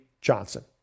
Johnson